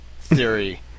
theory